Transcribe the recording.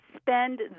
spend